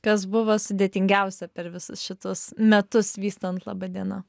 kas buvo sudėtingiausia per visus šitus metus vystant laba diena